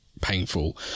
painful